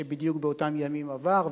שבדיוק באותם ימים עבר,